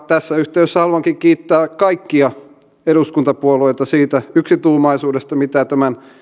tässä yhteydessä haluankin kiittää kaikkia eduskuntapuolueita siitä yksituumaisuudesta mitä tämän